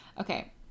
Okay